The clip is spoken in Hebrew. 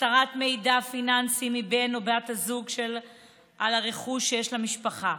הסתרת מידע פיננסי מבן או בת הזוג על הרכוש שיש למשפחה,